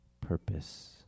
purpose